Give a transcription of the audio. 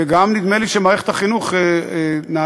וגם נדמה לי שמערכת החינוך נהגה,